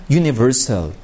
universal